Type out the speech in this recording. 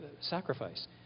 sacrifice